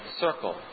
circle